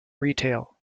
retail